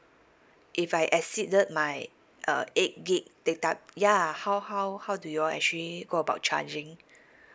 if I exceeded my uh eight gig data ya how how how do you all actually go about charging